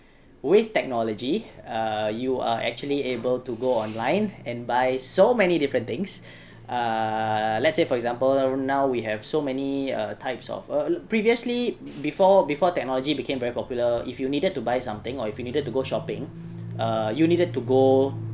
with technology uh you are actually able to go online and buy so many different things uh let's say for example now we have so many uh types of uh previously before before technology became very popular if you needed to buy something or if you needed to go shopping uh you needed to go